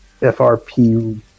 FRP